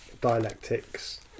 dialectics